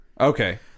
Okay